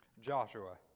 Joshua